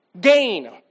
gain